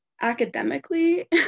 academically